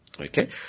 Okay